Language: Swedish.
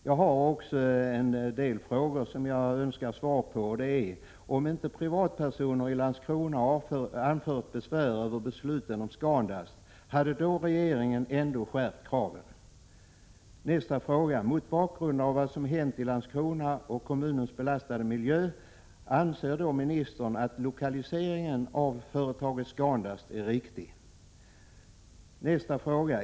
Jag har en del frågor som jag önskar få svar på: Om inte privatpersoner i Landskrona anfört besvär över beslutet om Scandust, hade då regeringen ändå skärpt kraven? Anser ministern, mot bakgrund av vad som hänt i Landskrona och med tanke på kommunens belastade miljö, att lokaliseringen av företaget Scandust är riktig?